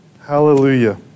Hallelujah